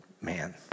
man